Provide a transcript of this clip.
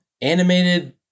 animated